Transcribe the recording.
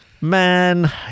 man